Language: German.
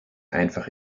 einfach